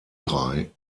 drei